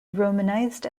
romanized